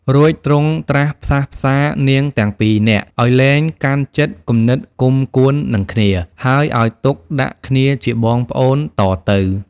រួចទ្រង់ត្រាស់ផ្សះផ្សារ នាងទាំងពីរនាក់ ឲ្យលែងកាន់ចិត្តគំនិតគុំកួននឹងគ្នា ហើយឲ្យទុកដាក់គ្នាជាបងជាប្អូនតទៅ។